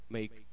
Make